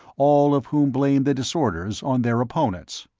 all of whom blamed the disorders on their opponents.